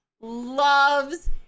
loves